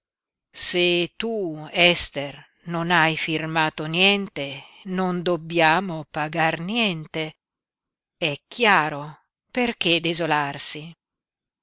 se tu ester non hai firmato niente non dobbiamo pagar niente è chiaro perché desolarsi